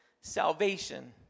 salvation